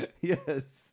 Yes